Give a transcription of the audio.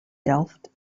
delft